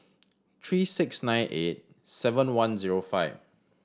three six nine eight seven one zero five